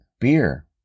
beer